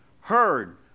heard